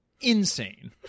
insane